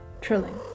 trilling